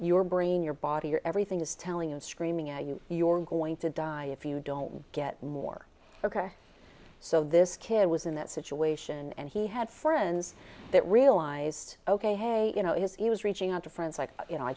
your brain your body your everything is telling and screaming at you you're going to die if you don't get more ok so this kid was in that situation and he had friends that realized ok hey you know is he was reaching out to friends like you know i